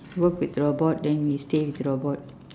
work with robot then we stay with robot